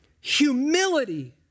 Humility